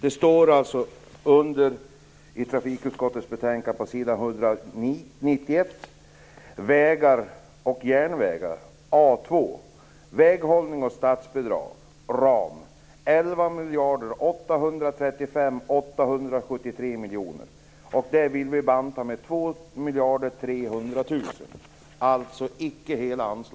Jag läser i trafikutskottets betänkande: Vägar och järnvägar, A 2, väghållning och statsbidrag, ram 11 835 873 000 kr. Det vill vi banta med